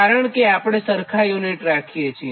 કારણ કે આપણે સરખા યુનિટ રાખીએ છીએ